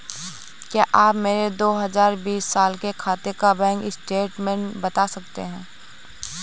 क्या आप मेरे दो हजार बीस साल के खाते का बैंक स्टेटमेंट बता सकते हैं?